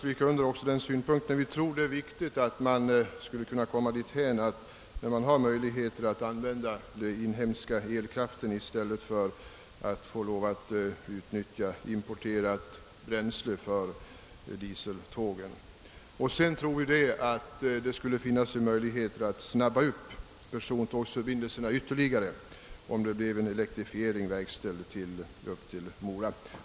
Vi tror också att det är viktigt att söka komma dithän att man kan använda den inhemska elkraften i stället för att vara tvungen att utnyttja importerat bränsle för dieseltågen, Vidare anser vi att det borde finnas möjligheter att snabba upp persontågsförbindelserna ytterligare, om en elektrifiering verkställdes upp till Mora.